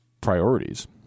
priorities